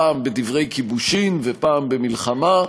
פעם בדברי כיבושין ופעם במלחמה.